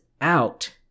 out